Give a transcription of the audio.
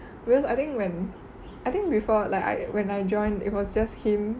because I think when I think before like I when I joined it was just him